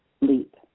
leap